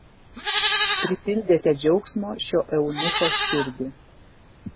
pripildėte džiaugsmo šio eunucho širdį